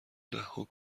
دهها